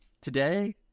today